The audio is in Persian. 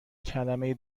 کلمه